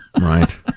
Right